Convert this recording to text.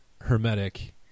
hermetic